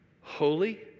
holy